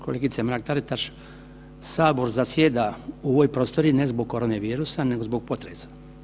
Kolegice Mrak-Taritaš, sabor zasjeda u ovoj prostoriji ne zbog koronevirusa nego zbog potresa.